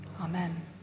Amen